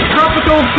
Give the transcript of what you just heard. Tropical